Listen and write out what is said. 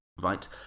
right